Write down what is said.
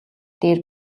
дээр